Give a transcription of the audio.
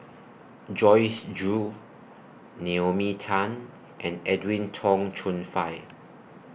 Joyce Jue Naomi Tan and Edwin Tong Chun Fai